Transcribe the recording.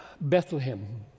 Bethlehem